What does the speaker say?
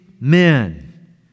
men